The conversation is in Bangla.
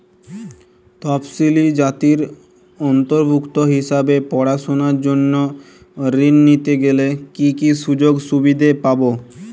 তফসিলি জাতির অন্তর্ভুক্ত হিসাবে পড়াশুনার জন্য ঋণ নিতে গেলে কী কী সুযোগ সুবিধে পাব?